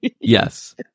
Yes